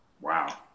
Wow